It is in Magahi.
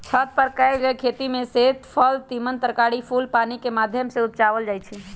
छत पर कएल गेल खेती में फल तिमण तरकारी फूल पानिकेँ माध्यम से उपजायल जाइ छइ